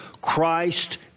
Christ